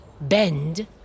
bend